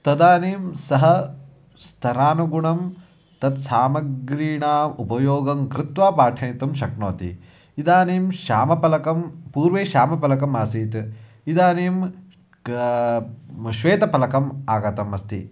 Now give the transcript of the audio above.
तदानीं सः स्तरानुगुणं तद् सामग्रीणाम् उपयोगं कृत्वा पाठयितुं शक्नोति इदानीं श्यामफलकं पूर्वे श्यामफलकम् आसीत् इदानीं क श्वेतफलकम् आगतम् अस्ति